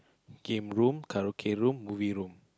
game room karaoke room movie room